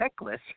checklist